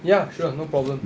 ya sure no problem